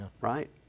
Right